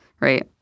right